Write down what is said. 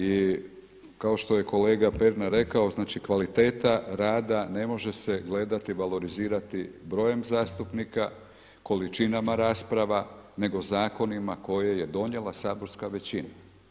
I kao što je kolega Pernar rekao znači kvaliteta rada ne može se gledati, valorizirati brojem zastupnika, količinama rasprava nego zakonima koje je donijela saborska većina.